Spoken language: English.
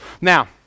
Now